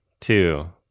two